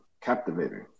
captivating